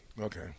Okay